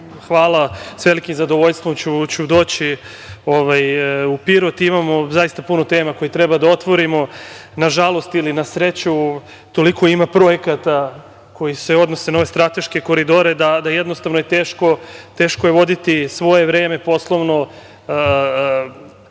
hvala. Sa velikim zadovoljstvom ću doći u Pirot. Imamo zaista puno tema koje treba da otvorimo. Na žalost ili na sreću, toliko ima projekata koji se odnose na ove strateške koridore da je jednostavno teško voditi svoje vreme poslovno,